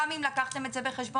גם אם לקחתם את זה בחשבון,